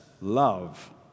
love